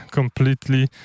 completely